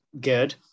good